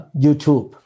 YouTube